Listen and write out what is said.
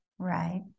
Right